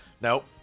Nope